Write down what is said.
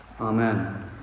Amen